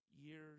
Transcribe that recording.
years